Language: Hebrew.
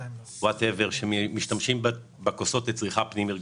וכולי, שמשתמשים בכוסות לצריכה פנים-אירגונית.